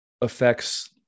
affects